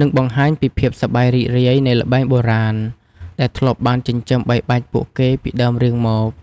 និងបង្ហាញពីភាពសប្បាយរីករាយនៃល្បែងបុរាណដែលធ្លាប់បានចិញ្ចឹមបីបាច់ពួកគេពីដើមរៀងមក។